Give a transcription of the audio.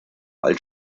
als